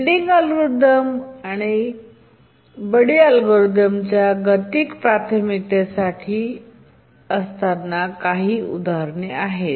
bidding algorithm आणि buddy algorithm काही उदाहरणे आहेत